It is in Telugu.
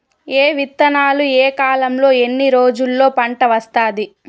ఏ విత్తనాలు ఏ కాలంలో ఎన్ని రోజుల్లో పంట వస్తాది?